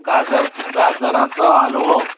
गाजरच गाजरांचो हालवो